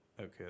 Okay